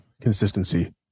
consistency